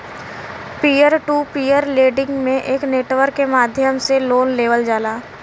peer to peer lending में एक network के माध्यम से लोन लेवल जाला